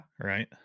Right